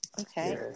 okay